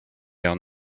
down